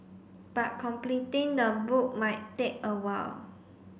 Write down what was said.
but completing the book might take a while